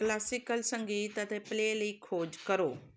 classical ਸੰਗੀਤ ਅਤੇ play ਲਈ ਖੋਜ ਕਰੋ